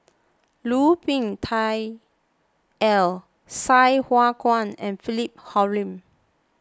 Lu Ming Teh Earl Sai Hua Kuan and Philip Hoalim